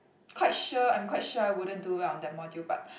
quite sure I'm quite sure I wouldn't do well on that module but